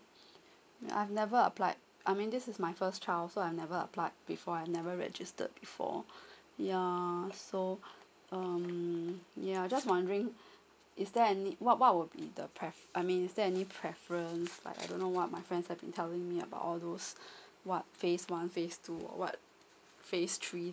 I've never applied I mean this is my first child so I never applied before I never registered before yeah so um yeah just wondering is there any what what would be the pre~ I mean is there any preference like I don't know what my friends have been telling me about all those what phase one phase two or what phase three